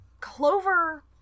clover